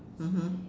mmhmm